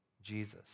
Jesus